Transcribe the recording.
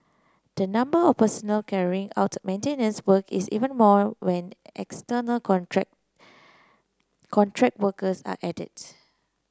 the number of personnel carrying out maintenance work is even more when external contract contract workers are added